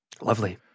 Lovely